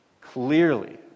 Clearly